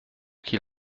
qu’il